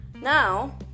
Now